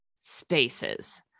spaces